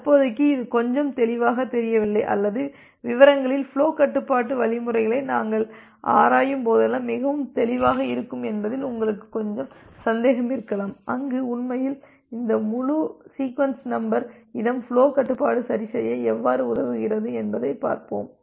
தற்போதைக்கு இது கொஞ்சம் தெளிவாக தெரியவில்லை அல்லது விவரங்களில் ஃபுலோ கட்டுப்பாட்டு வழிமுறைகளை நாங்கள் ஆராயும் போதெல்லாம் மிகவும் தெளிவாக இருக்கும் என்பதில் உங்களுக்கு கொஞ்சம் சந்தேகம் இருக்கலாம் அங்கு உண்மையில் இந்த முழு சீக்வென்ஸ் நம்பர் இடம் ஃபுலோ கட்டுப்பாடு சரிசெய்ய எவ்வாறு உதவுகிறது என்பதை ஆராய்வோம்